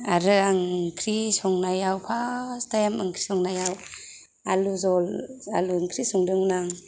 आरो आं ओंख्रि संनायाव फार्स्ट टाइम ओंख्रि संनायाव आलु जहल आलु ओंख्रि संदोंमोन आं